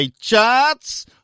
charts